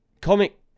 Comic